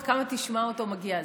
לא בטוח כמה תשמע אותו מגיע.